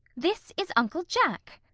this is uncle jack.